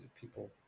People